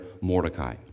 Mordecai